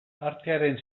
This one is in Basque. artearen